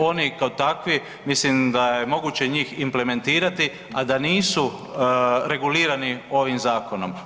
Oni kao takvi mislim da je moguće njih implementirati, a da nisu regulirani ovim zakonom.